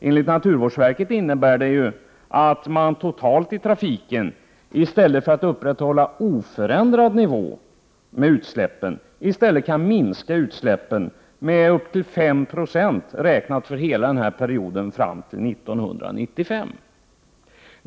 Enligt naturvårdsverket innebär det att man totalt i trafiken, i stället för att upprätthålla oförändrad nivå när det gäller utsläpp, kan minska utsläppen med uppåt 5 90 för hela perioden fram till 1995.